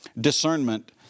discernment